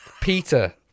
Peter